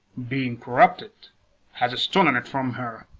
being corrupted hath stol'n it from her?